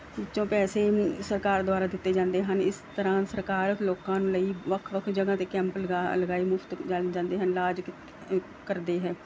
ਵਿੱਚੋਂ ਪੈਸੇ ਸਰਕਾਰ ਦੁਆਰਾ ਦਿੱਤੇ ਜਾਂਦੇ ਹਨ ਇਸ ਤਰ੍ਹਾਂ ਸਰਕਾਰ ਲੋਕਾਂ ਲਈ ਵੱਖ ਵੱਖ ਜਗ੍ਹਾ 'ਤੇ ਕੈਂਪ ਲਗਾ ਲਗਾਏ ਮੁਫਤ ਜਾ ਜਾਂਦੇ ਹਨ ਇਲਾਜ ਕ ਕਰਦੇ ਹੈ